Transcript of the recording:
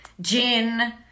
gin